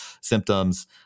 symptoms